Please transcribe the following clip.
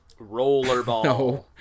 Rollerball